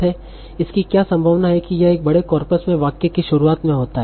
इसकी क्या संभावना है कि यह एक बड़े कॉर्पस में वाक्य की शुरुआत में होता है